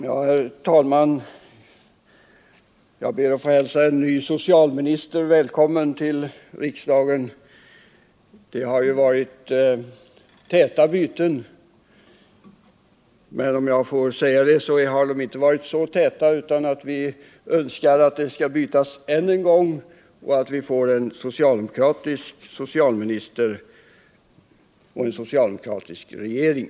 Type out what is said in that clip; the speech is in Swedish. Herr talman! Jag ber att få hälsa en ny socialminister välkommen. Det har ju varit täta byten, men de har inte varit så täta att vi inte önskar ett byte än en gång — så att vi får en socialdemokratisk socialminister och en socialdemokratisk regering.